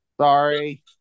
Sorry